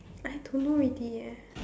I don't know already eh